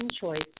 choice